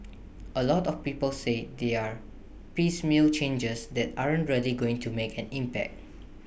A lot of people say they are piecemeal changes that aren't really going to make an impact